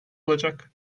olacak